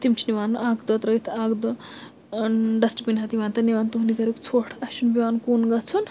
تِم چھِ نِوان اَکھ دۄہ ترٲیِتھ اَکھ دۄہ ڈَسٹبِن ہٮ۪تھ یِوان تہٕ نِوان تُہنٛدِ گَریُک ژھوٹھ اَسہِ چھُنہٕ پٮ۪وان کُن گژھُن